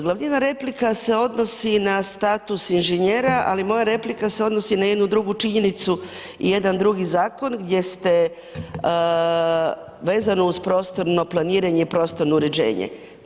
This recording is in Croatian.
Glavnina replika se odnosi i na status inženjera, ali moja replika se odnosi na jednu drugu činjenicu i na jedan drugi zakon vezano uz prostorno planiranje i prostorno uređenje.